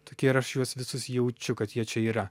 tokie ir aš juos visus jaučiu kad jie čia yra